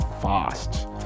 fast